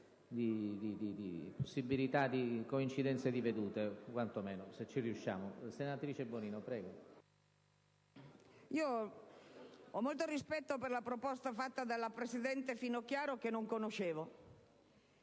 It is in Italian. ho molto rispetto per la proposta avanzata dalla presidente Finocchiaro, che non conoscevo